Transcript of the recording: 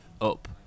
up